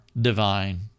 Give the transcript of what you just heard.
divine